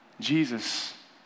Jesus